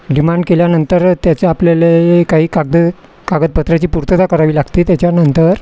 demand केल्यानंतर त्याचं आपल्याले काही कागद कागदपत्राची पूर्तता करावी लागते त्याच्यानंतर